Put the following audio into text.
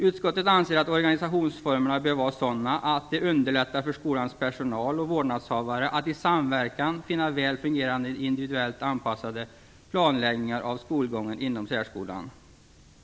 Utskottet anser att organisationsformerna bör vara sådana att de underlättar för skolans personal och för vårdnadshavare att i samverkan finna väl fungerande, individuellt anpassade planläggningar av skolgången inom särskolan.